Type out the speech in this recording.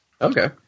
Okay